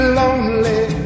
lonely